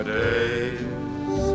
days